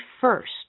first